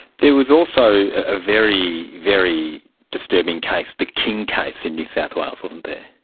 there was also a very, very disturbing case, the king case in new south wales, wasn't there.